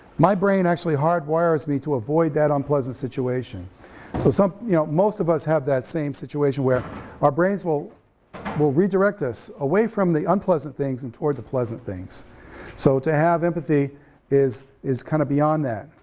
my brain actually hard wires me to avoid that unpleasant situation so so you know most of us have that same situation where our brains will will redirect us away from the unpleasant things and toward the pleasant things so to have empathy is is kinda beyond that,